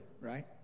right